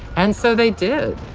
and so, they did